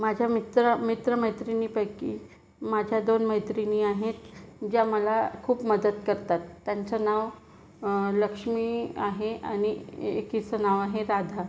माझ्या मित्र मित्र मैत्रिणीपैकी माझ्या दोन मैत्रिणी आहेत ज्या मला खूप मदत करतात त्यांचं नाव लक्ष्मी आहे आणि ए एकीचं नाव आहे राधा